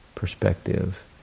perspective